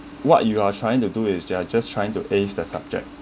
what you are trying to do is they are just trying to ace the subject